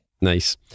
Nice